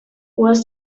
was